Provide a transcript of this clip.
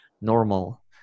normal